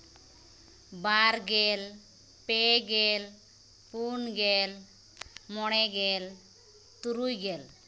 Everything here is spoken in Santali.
ᱵᱟᱨ ᱜᱮᱞ ᱯᱮ ᱜᱮᱞ ᱯᱩᱱ ᱜᱮᱞ ᱢᱚᱬᱮ ᱜᱮᱞ ᱛᱩᱨᱩᱭ ᱜᱮᱞ